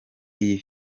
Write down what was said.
iyi